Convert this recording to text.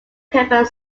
prevent